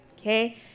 Okay